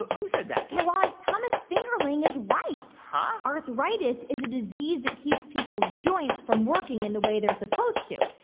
who said that? guy raz, thomas fingerling is right huh? arthritis is a disease that keeps people's joints from working in the way they're supposed to.